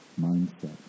mindset